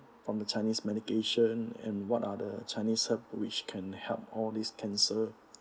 from the chinese medication and what are the chinese herb which can help all these cancer